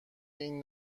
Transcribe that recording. این